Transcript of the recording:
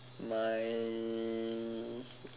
my